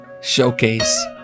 showcase